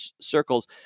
Circles